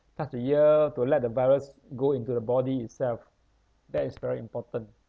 touch your ear to let the virus go into the body itself that is very important